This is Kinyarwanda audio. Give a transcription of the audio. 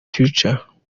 future